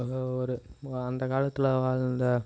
ஒரு அந்த காலத்தில் வாழ்ந்த